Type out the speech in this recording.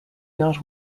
not